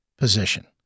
Position